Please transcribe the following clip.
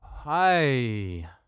hi